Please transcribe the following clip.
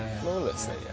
flawlessly